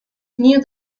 knew